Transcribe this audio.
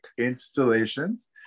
installations